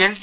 L D